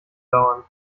dauern